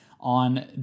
on